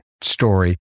story